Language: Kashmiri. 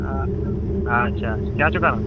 آ آچھا آچھا کیاہ چھِو کَرَان